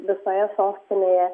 visoje sostinėje